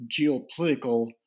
geopolitical